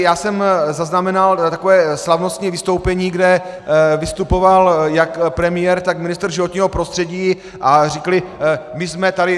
Já jsem zaznamenal takové slavnostní vystoupení, kde vystupoval jak premiér, tak ministr životního prostředí a řekli: My jsme tady...